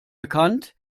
bekannt